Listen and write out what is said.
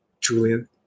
Julian